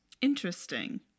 Interesting